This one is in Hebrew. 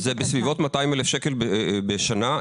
זה בסביבות 200,000 שקלים בשנה.